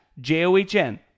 j-o-h-n